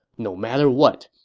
no matter what,